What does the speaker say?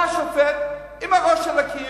בא השופט עם הראש בקיר,